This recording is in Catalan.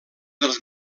dels